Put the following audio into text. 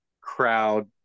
crowd